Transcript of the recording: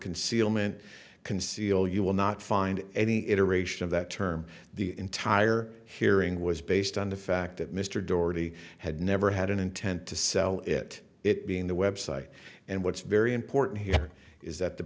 concealment conceal you will not find any iteration of that term the entire hearing was based on the fact that mr doherty had never had an intent to sell it it being the website and what's very important here is that the